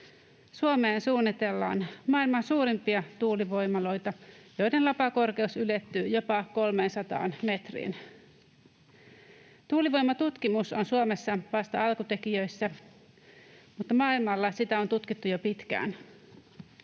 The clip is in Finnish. Suomeen suunnitellaan maailman suurimpia tuulivoimaloita, joiden lapakorkeus ylettyy jopa 300 metriin. Tuulivoimatutkimus on Suomessa vasta alkutekijöissä, mutta maailmalla tuulivoimaa on tutkittu jo pitkään.